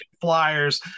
flyers